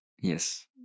yes